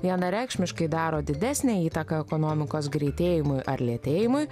vienareikšmiškai daro didesnę įtaką ekonomikos greitėjimui ar lėtėjimui